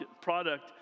product